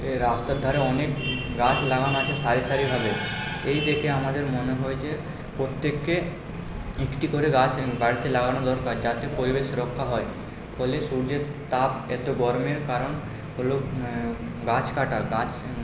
এর রাস্তার ধারে অনেক গাছ লাগানো আছে সারি সারিভাবে এই দেখে আমাদের মনে হয়েছে প্রত্যেককে একটি করে গাছ বাড়িতে লাগানো দরকার যাতে পরিবেশ রক্ষা হয় ফলে সূর্যের তাপ এতো গরমের কারণ হলো গাছ কাটা গাছ